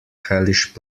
hellish